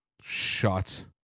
Shut